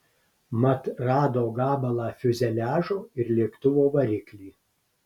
mat rado gabalą fiuzeliažo ir lėktuvo variklį